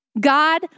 God